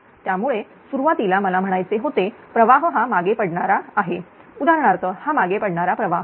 त्यामुळे सुरुवातीला मला म्हणायचे होते प्रवाह हा मागे पडणार आहे उदाहरणार्थ हा मागे पडणारा प्रवाह आहे